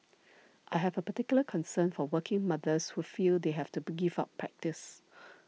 I have a particular concern for working mothers who feel they have to give up practice